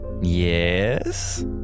Yes